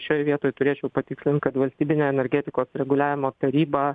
šioj vietoj turėčiau patikslint kad valstybinė energetikos reguliavimo taryba